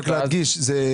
רק להדגיש,